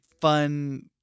fun